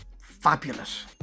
Fabulous